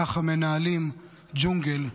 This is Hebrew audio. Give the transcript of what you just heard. ככה מנהלים ג'ונגל.